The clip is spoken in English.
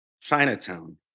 Chinatown